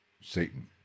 Satan